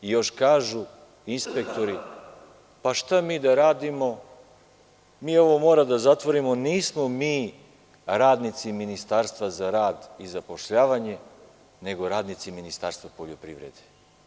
Još kažu inspektori – šta mi da radimo, ovo moramo da zatvorimo, nismo mi radnici Ministarstva za rad i zapošljavanje, nego radnici Ministarstva poljoprivrede.